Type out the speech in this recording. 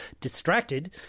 distracted